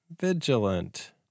vigilant